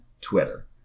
Twitter